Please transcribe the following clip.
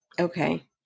Okay